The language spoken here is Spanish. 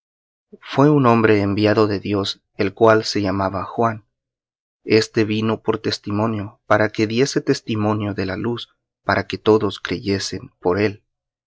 fué un hombre enviado de dios el cual se llamaba juan este vino por testimonio para que diese testimonio de la luz para que todos creyesen por él